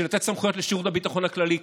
שנותן סמכויות לשירות הביטחון הכללי.